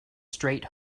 straight